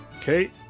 okay